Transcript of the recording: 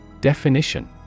Definition